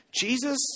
Jesus